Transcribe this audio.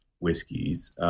Whiskies